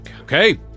Okay